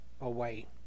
away